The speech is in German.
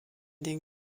den